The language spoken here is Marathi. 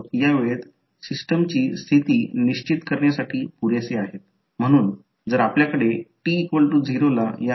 असावे कारण जर डॉट लावले तर येथे जर सध्या ही गोष्ट तशीच घडली असेल तर तो डॉट आहे इथे आहे आणि हा डॉट तेथे नाही आणि हा डॉट येथे आहे करंट डॉट पासून दूर जात आहे अशा परिस्थितीत काय होईल